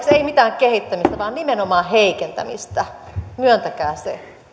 ei ei mitään kehittämistä vaan nimenomaan heikentämistä myöntäkää se